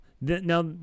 Now